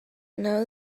know